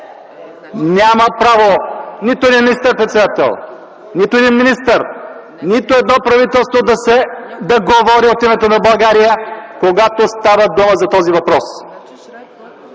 Няма право нито един министър-председател, нито един министър, нито едно правителство да говори от името на България, когато става дума за този въпрос.